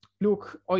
Look